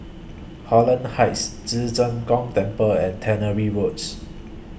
Holland Heights Ci Zheng Gong Temple and Tannery Roads